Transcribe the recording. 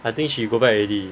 I think she go back already